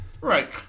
Right